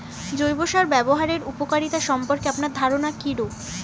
জৈব সার ব্যাবহারের উপকারিতা সম্পর্কে আপনার ধারনা কীরূপ?